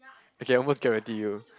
I can almost guarantee you